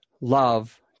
love